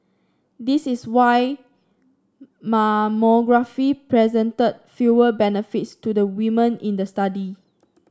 this is why mammography presented fewer benefits to the women in the study